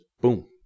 boom